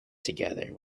together